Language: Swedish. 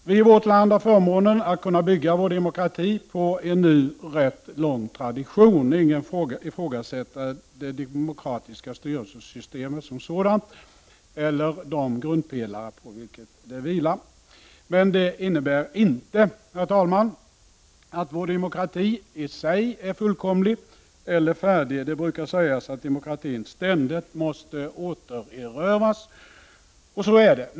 Vi har i vårt land förmånen att kunna bygga vår demokrati på en nu rätt lång tradition. Ingen ifrågasätter det demokratiska styrelsesystemet som sådant eller de grundpelare på vilket detta vilar. Men det innebär inte, herr talman, att vår demokrati i sig är fullkomlig eller färdig. Det brukar sägas att 105 demokratin ständigt måste återerövras, och så är det.